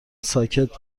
ساکت